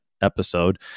episode